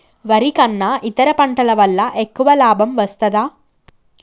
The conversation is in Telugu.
వరి కన్నా ఇతర పంటల వల్ల ఎక్కువ లాభం వస్తదా?